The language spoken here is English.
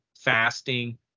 fasting